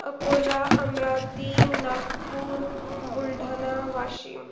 Akola Amravati Nagpur Buldhana Washim